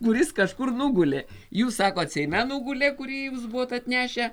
kuris kažkur nugulė jūs sakot seime nugulė kurį jūs buvot atnešę